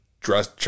dress